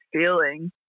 feeling